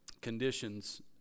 conditions